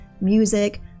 Music